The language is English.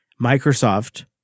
Microsoft